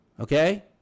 Okay